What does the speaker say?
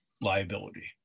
liability